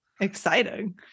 exciting